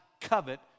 covet